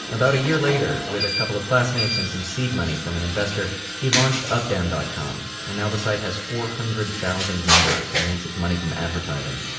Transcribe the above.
about a year later with a couple of classmates, and some seed money from an investor he launched updown dot com. and now the site has four hundred thousand members. and it makes its money from advertising.